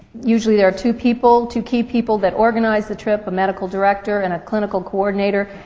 usually there are two people, two key people that organized the trip, a medical director and a clinical coordinator,